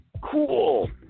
Cool